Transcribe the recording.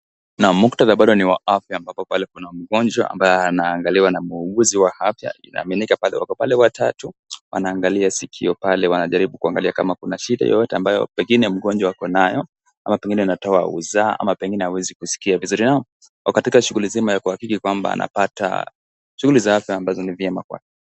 Muktadha bado ni wa afya ambapo pale kuna mgonjwa ambaye anaangaliwa na mwuguzi wa afya. Inaaminika wako pale watatu wanaangalia sikio pale wanajaribu kuangalia kama kuna shida yoyote ambayo pengine mgonjwa ako nayo ama pengine inatoa usaa ama pengine hawezi kusikia vizuri, nao wako katika shughuli nzima ya kuhakiki kwamba anapata shughuli za afya ambazo ni vyema kwake.